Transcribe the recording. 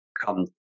come